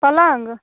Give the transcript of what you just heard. पलङ्ग